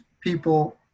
people